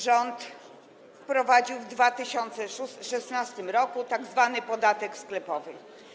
Rząd wprowadził w 2016 r. tzw. podatek sklepowy.